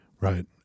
Right